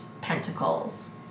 pentacles